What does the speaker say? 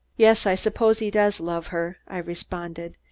yes, i suppose he does love her, i responded,